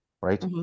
right